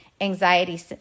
anxiety